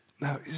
Now